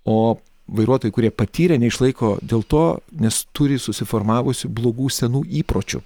o vairuotojai kurie patyrę neišlaiko dėl to nes turi susiformavusių blogų senų įpročių